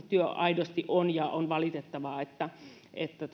työ aidosti on ja on valitettavaa että että